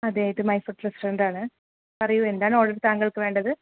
അതെ ഇത് my food restaurant ആണ് പറയൂ എന്താണ് ഓർഡർ താങ്കൾക്ക് വേണ്ടത്